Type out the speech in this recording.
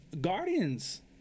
Guardians